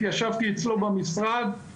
התיישבתי אצלו במשרד,